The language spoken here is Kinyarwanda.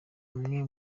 amwe